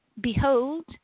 Behold